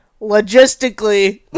logistically